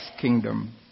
kingdom